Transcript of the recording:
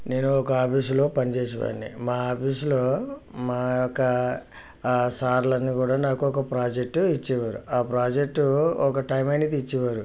నేను ఒక ఆఫీసు లో పనిచేసేవాన్ని మా ఆఫీసులో మా యొక్క ఆ సార్ లని కూడా నాకు ఒక ప్రాజెక్టు ఇచ్చేవారు ఆ ప్రాజెక్టు ఒక టైం అనేది ఇచ్చేవారు